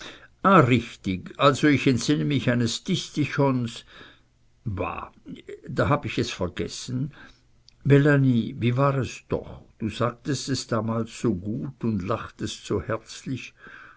richtig also ich entsinne mich eines distichons bah da hab ich es vergessen melanie wie war es doch du sagtest es damals so gut und lachtest so herzlich